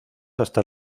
hasta